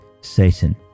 Satan